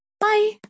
bye